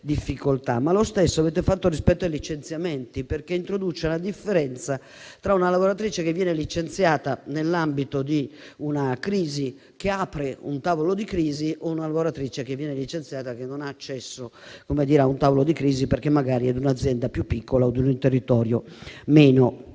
Lo stesso avete fatto rispetto ai licenziamenti, perché si introduce la differenza tra una lavoratrice che viene licenziata nell'ambito di un tavolo di crisi e una lavoratrice licenziata che non ha accesso a un tavolo di crisi, perché magari è un'azienda più piccola o un territorio meno